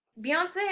Beyonce